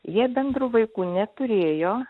jie bendrų vaikų neturėjo